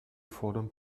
fordern